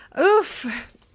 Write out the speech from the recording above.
Oof